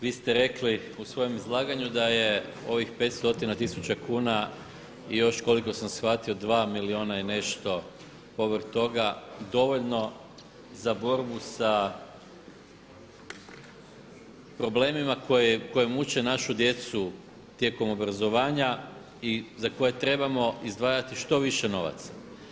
Vi ste rekli u svojem izlaganju da je ovih 5 stotina tisuća kuna i još koliko sam shvatio 2 milijuna i nešto povrh toga dovoljno za borbu sa problemima koji muče našu djecu tijekom obrazovanja i za koje trebamo izdvajati što više novaca.